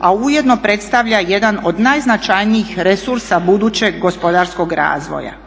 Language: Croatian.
a ujedno predstavlja jedan od najznačajnijih resursa budućeg gospodarskog razvoja.